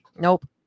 Nope